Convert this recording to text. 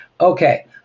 Okay